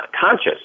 conscious